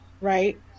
right